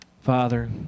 Father